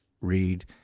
read